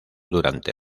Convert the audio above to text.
durante